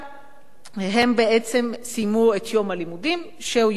הם בעצם סיימו את יום הלימודים שהוא יום לימודים ארוך.